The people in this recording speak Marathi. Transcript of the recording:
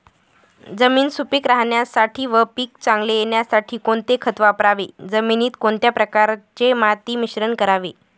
जमीन सुपिक राहण्यासाठी व पीक चांगले येण्यासाठी कोणते खत वापरावे? जमिनीत कोणत्या प्रकारचे माती मिश्रण करावे?